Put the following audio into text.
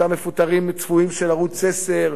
אותם מפוטרים צפויים של ערוץ-10,